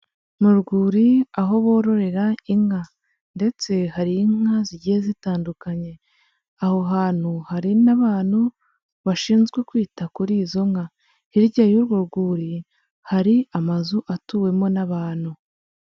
Mu rwuri aho bororera inka, ndetse hari inka zigiye zitandukanye, aho hantu hari n'abantu bashinzwe kwita kuri izo nka, hirya y'urwo rwuri, hari amazu atuwemo n'abantu.